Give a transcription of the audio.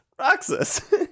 Roxas